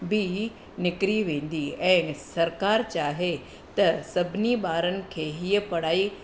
बि निकिरी वेंदी ऐं सरकारि चाहे त सभिनी ॿारनि खे हीअ पढ़ाई